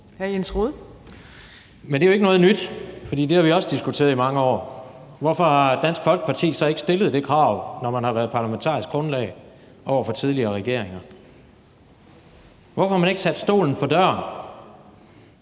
Men det er jo ikke noget nyt, for det har vi også diskuteret i mange år. Hvorfor har Dansk Folkeparti så ikke stillet det krav over for tidligere regeringer, når man har været parlamentarisk grundlag? Hvorfor har man ikke sat stolen for døren?